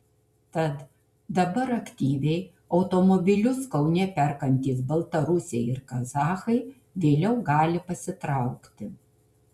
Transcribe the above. tad dabar aktyviai automobilius kaune perkantys baltarusiai ir kazachai vėliau gali pasitraukti